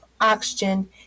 oxygen